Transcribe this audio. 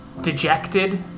dejected